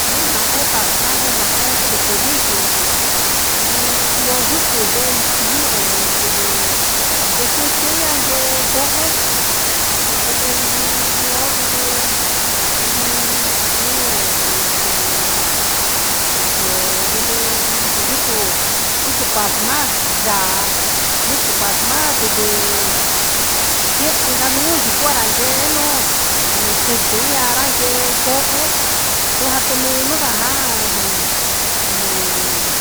Un naeer parmanus un ee cuehe ndiji ujun iyo yucu yee ie sivɨ gueti ndie coo ee andivɨ io ndivɨ nuun nidvɨ ujun iyo ndivɨ iyo yucu yucu pasma yaa yucu pasma ndivɨ giehen nda nuun yucu ran guee nuun un quitii ian raguee coee jo jatu lɨɨ lundo ja jun ujun